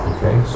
Okay